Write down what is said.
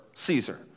Caesar